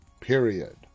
period